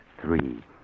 three